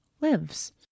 lives